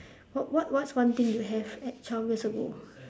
what what what's one thing you have at twelve years ago